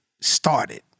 started